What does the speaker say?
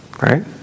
right